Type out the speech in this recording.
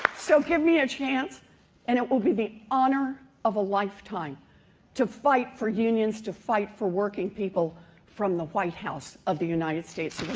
so give me a chance and it will be the honor of a lifetime to fight for unions to fight for working people from the white house of the united states